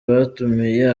batumiye